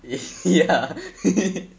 ya